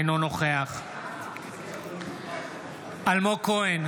אינו נוכח אלמוג כהן,